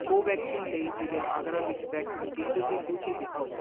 ਕੋਵੈਕਸਿਨ ਲਈ ਜਿਲ੍ਹੇ ਆਗਰਾ ਵਿੱਚ ਵੈਕਸੀਨ ਕੇਂਦਰ ਦੀ ਸੂਚੀ ਦਿਖਾਓ